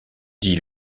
dit